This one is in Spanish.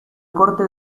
corte